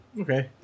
Okay